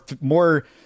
more